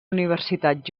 universitat